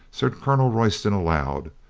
said colonel royston aloud,